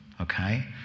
Okay